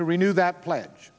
to renew that pledge